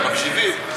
מקשיבים.